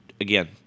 Again